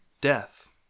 death